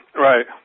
Right